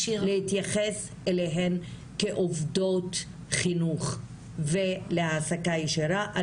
להתייחס אליהן כעובדות חינוך ולהעסקה ישירה.